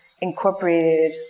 incorporated